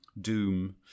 Doom